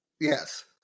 Yes